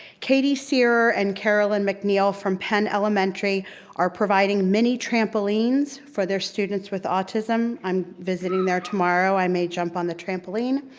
katie searer and carolyn mcneil from penn elementary are providing many trampolines for their students with autism. i'm visiting there tomorrow, i may jump on the trampoline.